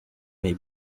may